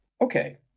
Okay